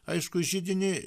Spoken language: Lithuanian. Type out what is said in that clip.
aišku židinį